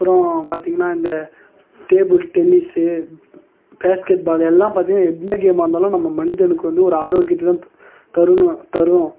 அப்புறோம் பார்த்திங்கனா இந்த டேபுள் டென்னிஸ்சு பேஸ்கெட் பாலு எல்லாம் பார்த்திங்கனா எந்த கேம்மாகருந்தாலும் நம்ம மனிதனுக்கு வந்து ஒரு ஆரோக்கியத்தைதான் தரும்னு தரும்